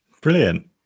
brilliant